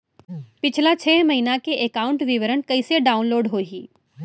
पिछला छः महीना के एकाउंट विवरण कइसे डाऊनलोड होही?